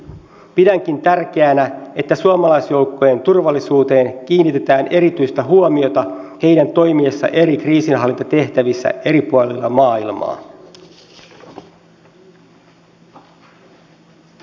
pidänkin tärkeänä että suomalaisjoukkojen turvallisuuteen kiinnitetään erityistä huomiota heidän toimiessaan eri kriisinhallintatehtävissä eri puolilla maailmaa